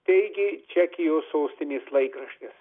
teigė čekijos sostinės laikraštis